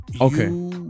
okay